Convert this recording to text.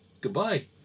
Goodbye